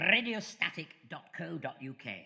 Radiostatic.co.uk